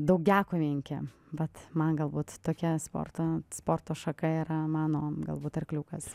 daugiakovininkė vat man galbūt tokia sporto sporto šaka yra mano galbūt arkliukas